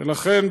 ולכן,